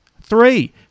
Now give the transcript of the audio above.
Three